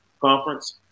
conference